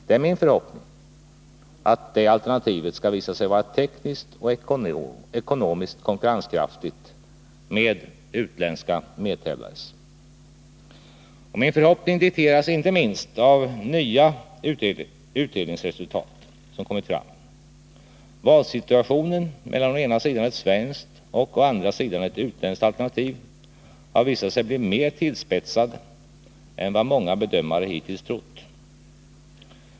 Det är min förhoppning att detta alternativ skall visa sig vara tekniskt och ekonomiskt konkurrenskraftigt i jämförelse med utländska medtävlares. Min förhoppning dikteras inte minst av nya utredningsresultat som kommit fram. Valsituationen mellan å ena sidan ett svenskt och å andra sidan ett utländskt alternativ har visat sig bli mer tillspetsad än vad många bedömare hittills trott.